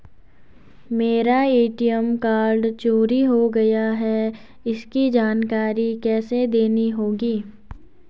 मेरा ATM card चोरी हो गया है इसकी जानकारी किसे देनी होगी?